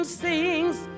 sings